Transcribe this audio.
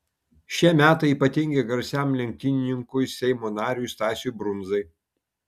šie metai ypatingi garsiam lenktynininkui seimo nariui stasiui brundzai